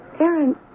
Aaron